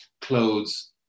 clothes